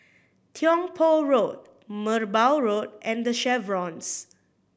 Tiong Poh Road Merbau Road and The Chevrons